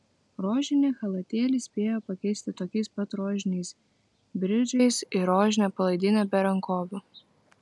rožinį chalatėlį spėjo pakeisti tokiais pat rožiniais bridžais ir rožine palaidine be rankovių